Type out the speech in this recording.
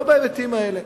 לא בהיבטים האלה.